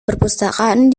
perpustakaan